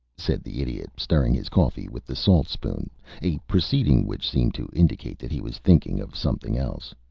said the idiot, stirring his coffee with the salt-spoon a proceeding which seemed to indicate that he was thinking of something else.